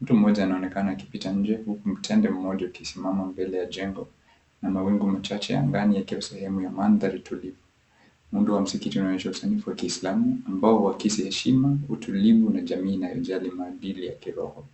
Mtu mmoja anaonekana akipita nje huku mtende mmoja ukisimama mbele ya jengo na mawingu machache angani yakiongeza sehemu ya mandhari tulivu. Muundo wa msikiti unaonyesha usanifu wa kiislamu ambao wakisi heshima, utulivu na jamii inayojali maadili ya kiroho.